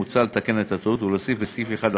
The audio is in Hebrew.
מוצע לתקן את הטעות ולהוסיף בסעיף 1 לחוק,